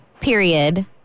period